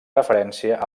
referència